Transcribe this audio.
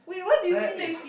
that is